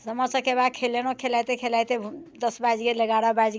सामा चकेवा खेलेलहुँ खेलाइते खेलाइते दस बाजि गेल एगारह बाजि